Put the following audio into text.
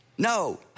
No